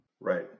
Right